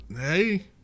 hey